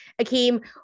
Akeem